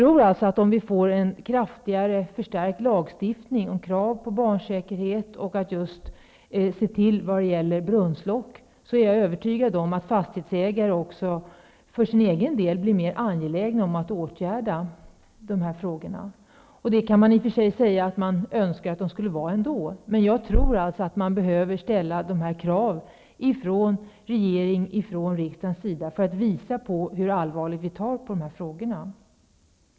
Om vi får en förstärkt lagstiftning med krav på barnsäkerhet, t.ex. att brunnslock är säkra, är jag övertygad om att även fastighetsägare för sin egen del blir mer angelägna om att åtgärda den här typen av brister. Man kan i och för sig säga att man önskar att de vore intresserade av det ändå. Jag tror emellertid att dessa krav behöver ställas från regering och riksdag för att visa hur allvarligt vi ser på de här frågorna.